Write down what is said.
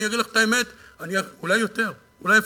אני אגיד לך את האמת: אולי יותר, אולי אפילו,